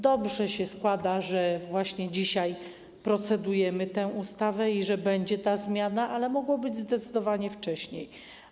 Dobrze się składa, że właśnie dzisiaj procedujemy nad tą ustawą i że będzie ta zmiana, ale mogło być to zdecydowanie wcześniej.